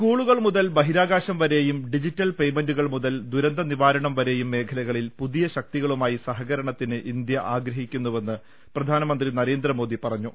സ്കൂളുകൾ മുതൽ ബഹിരാകാശം വരെയും ഡിജിറ്റൽ പേയ് മെന്റുകൾ മുതൽ ദുരന്തനിവാരണം വരെയും മേഖലകളിൽ പുതിയ ശക്തികളുമായി സഹകരണത്തിന് ഇന്ത്യ ആഗ്രഹിക്കുന്നുവെന്ന് പ്രധാനമന്ത്രി നരേന്ദ്രമോദി പറഞ്ഞു